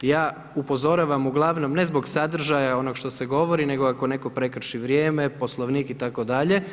Ja upozoravam uglavnom ne zbog sadržaja, onog što se govori nego ako netko prekrši vrijeme, Poslovnik itd.